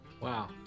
Wow